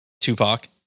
Tupac